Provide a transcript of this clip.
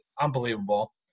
unbelievable